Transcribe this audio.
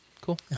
Cool